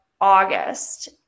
August